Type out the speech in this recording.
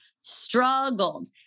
struggled